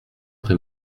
très